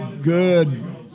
good